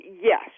yes